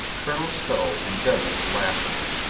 colonel stow endeavored to laugh with her.